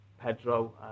Pedro